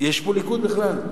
יש פה ליכוד בכלל?